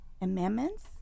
amendments